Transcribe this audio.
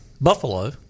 Buffalo